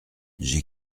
j’ai